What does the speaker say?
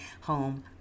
home